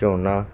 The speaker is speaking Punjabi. ਝੋਨਾ